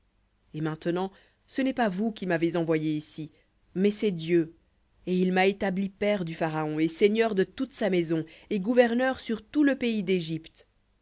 et maintenant ce n'est pas vous qui m'avez envoyé ici mais c'est dieu et il m'a établi père du pharaon et seigneur de toute sa maison et gouverneur sur tout le pays d'égypte